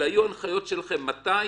אלא יהיו הנחיות שלכם מתי